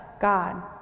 God